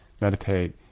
meditate